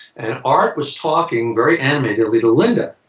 art was talking very animatedly to linda.